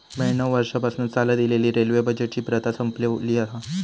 ब्याण्णव वर्षांपासना चालत इलेली रेल्वे बजेटची प्रथा संपवली हा